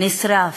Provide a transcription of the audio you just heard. נשרף,